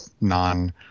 non